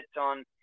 on